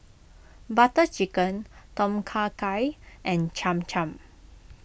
Butter Chicken Tom Kha Gai and Cham Cham